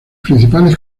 principales